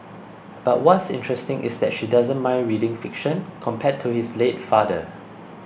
but what's interesting is that she doesn't mind reading fiction compared to his late father